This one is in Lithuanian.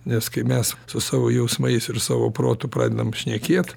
nes kai mes su savo jausmais ir savo protu pradedam šnekėt